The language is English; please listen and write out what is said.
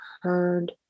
heard